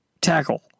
Tackle